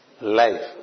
life